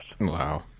Wow